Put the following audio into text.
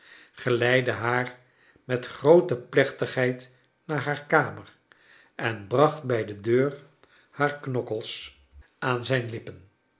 geleidde haar met groote plechtigheid mar haar kamer en bracht bij de deur haar knokkels aan zijn lippen